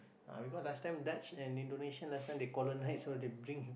because last time Dutch and Indonesian last time they colonise so they bring